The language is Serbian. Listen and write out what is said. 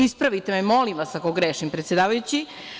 Ispravite me, molim vas, ako grešim, predsedavajući.